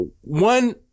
one